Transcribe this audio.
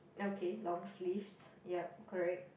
okay long sleeves yup correct